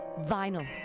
Vinyl